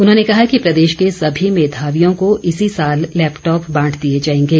उन्होंने कहा कि प्रदेश के सभी मेधावियों को इसी साल लैपटॉप बांट दिए जाएंगे